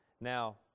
Now